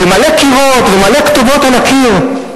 ומלא קירות ומלא כתובות על הקיר,